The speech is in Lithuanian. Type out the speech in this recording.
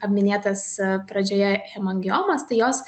paminėtas pradžioje hemangiomas tai jos